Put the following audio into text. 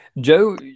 joe